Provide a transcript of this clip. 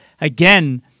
again